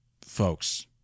folks